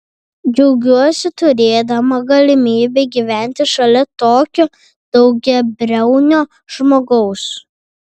džiaugiuosi turėdama galimybę gyventi šalia tokio daugiabriaunio žmogaus